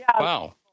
Wow